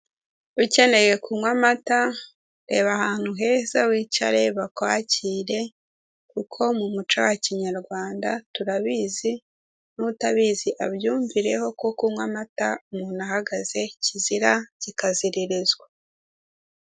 Ukeneye kunywa amata, reba ahantu heza, wicare bakwakire, kuko mu muco wa kinyarwanda turabizi, n'utabizi abyumvireho ko kunywa amata umuntu ahagaze kizira kikaziririzwa.